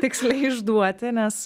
tiksliai išduoti nes